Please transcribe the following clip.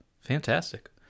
fantastic